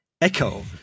Echo